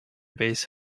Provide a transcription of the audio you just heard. base